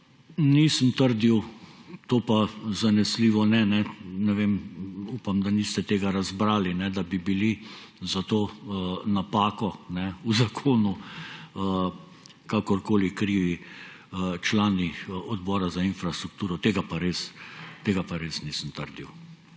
nisem trdil, to pa zanesljivo ne, ne vem, upam, da niste tega razbrali, da bi bili za to napako v zakonu kakorkoli krivi člani Odbora za infrastrukturo. Tega pa res, tega